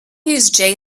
use